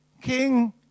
King